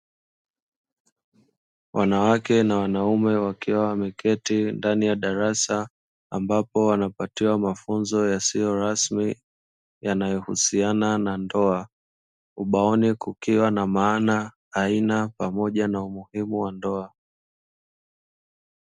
Wanawake na wanaume wakiwa wameketi ndani ya darasa ambapo wanapatiwa mafunzo yasiyo rasmi yanayohusiana na ndoa, ubaoni kukiwa na maana, aina, pamoja na umuhimu wa ndoa.